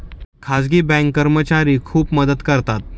खाजगी बँक कर्मचारी खूप मदत करतात